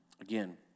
again